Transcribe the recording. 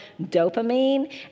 dopamine